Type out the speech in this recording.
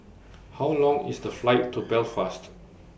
How Long IS The Flight to Belfast